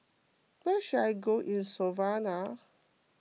where should I go in Slovenia